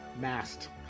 masked